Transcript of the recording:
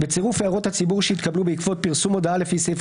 בצירוף הערות הציבור שהתקבלו בעקבות פרסום הודעה לפי סעיף